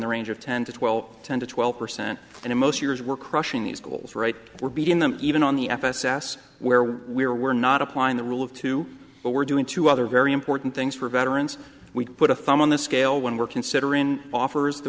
the range of ten to twelve ten to twelve percent and in most years we're crushing these goals right we're beating them even on the f s s where we are we're not applying the rule of two but we're doing two other very important things for veterans we put a thumb on the scale when we're considering offers th